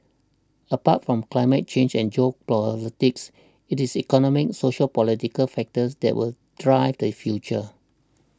apart from climate change and geopolitics it is economic sociopolitical factors that will drive the future